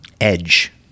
Edge